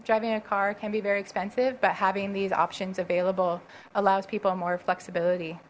driving a car can be very expensive but having these options available allows people more flexibility